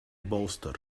bolster